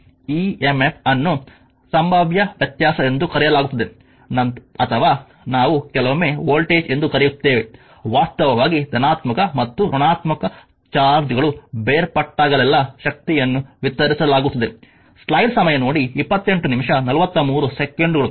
ಈ emf ಅನ್ನು ಸಂಭಾವ್ಯ ವ್ಯತ್ಯಾಸ ಎಂದೂ ಕರೆಯಲಾಗುತ್ತದೆ ಅಥವಾ ನಾವು ಕೆಲವೊಮ್ಮೆ ವೋಲ್ಟೇಜ್ ಎಂದು ಕರೆಯುತ್ತೇವೆ ವಾಸ್ತವವಾಗಿ ಧನಾತ್ಮಕ ಮತ್ತು ಋಣಾತ್ಮಕ ಚಾರ್ಜ್ಗಳು ಬೇರ್ಪಟ್ಟಾಗಲೆಲ್ಲಾ ಶಕ್ತಿಯನ್ನು ವಿಸ್ತರಿಸಲಾಗುತ್ತದೆ